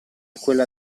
quella